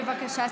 בבקשה.